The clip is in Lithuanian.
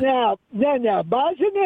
ne ne ne bazinė